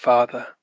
Father